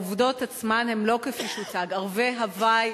העובדות עצמן הן לא כפי שהוצג: ערבי הווי,